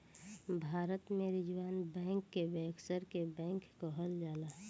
भारत में reserve bank के bankers के बैंक कहल जाला